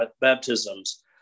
baptisms